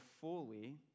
fully